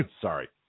Sorry